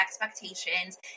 expectations